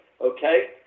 okay